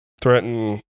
threaten